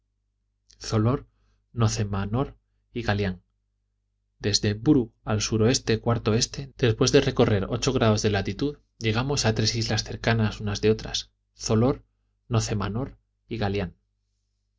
nocemamor y galián desde buru al suroeste cuarto oeste después de recorrer ocho grados de latitud llegamos a tres islas cercanas unas de otras y galián